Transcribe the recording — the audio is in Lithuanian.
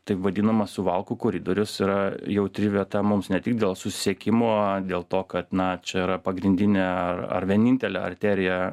taip vadinamas suvalkų koridorius yra jautri vieta mums ne tik dėl susisiekimo dėl to kad na čia yra pagrindinė ar ar vienintelė arterija